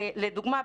לדוגמא,